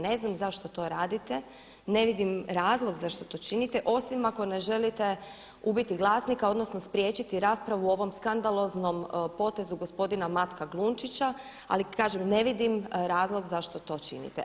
Ne znam zašto to radite, ne vidim razlog zašto to činite osim ako ne želite ubiti glasnika odnosno spriječiti raspravu o ovom skandaloznom potezu gospodina Matka Glunčića, ali kažem ne vidim razlog zašto to činite.